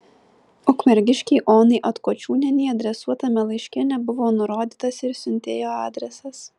ukmergiškei onai atkočiūnienei adresuotame laiške nebuvo nurodytas ir siuntėjo adresas